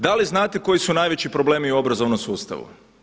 Da li znate koji su najveći problemi u obrazovnom sustavu?